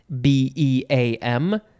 B-E-A-M